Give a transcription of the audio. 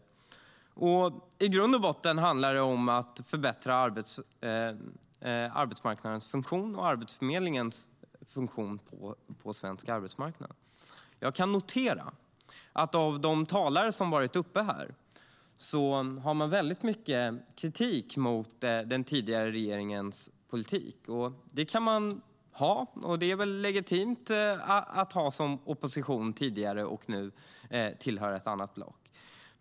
I grund och botten handlar det om att förbättra arbetsmarknadens funktion och Arbetsförmedlingens funktion på svensk arbetsmarknad. Jag kan notera att de talare som har varit uppe här tidigare har väldigt mycket kritik mot den tidigare regeringens politik. Det kan man ha, och det är väl legitimt att ha det när man tidigare har varit i opposition och nu tillhör ett annat lag.